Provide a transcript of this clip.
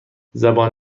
زبان